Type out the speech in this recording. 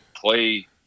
play